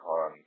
on